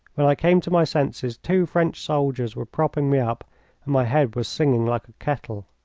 when i came to my senses two french soldiers were propping me up, and my head was singing like a kettle.